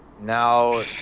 Now